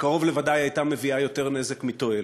שקרוב לוודאי הייתה מביאה יותר נזק מתועלת,